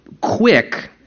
quick